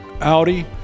Audi